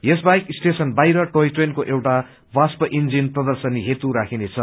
यसबाहेक स्टेशन बाहिर टोय ट्रेनको एउटा वाष्प इंन्जिन प्रर्दशनी हेतू राख्निछ